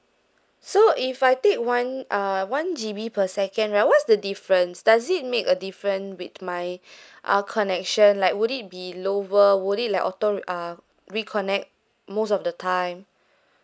so if I take one uh one G_B per second right what's the difference does it make a different with my our connection like would it be lower would it be auto uh reconnect most of the time